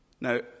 Now